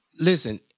Listen